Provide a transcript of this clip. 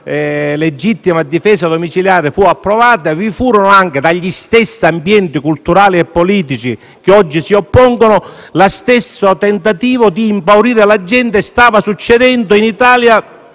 legittima difesa domiciliare fu approvata, vi furono dai medesimi ambienti culturali e politici che oggi si oppongono lo stesso tentativo di impaurire la gente. Stava succedendo il *far